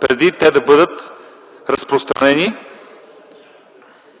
преди те да бъдат разпространени